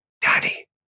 Daddy